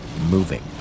moving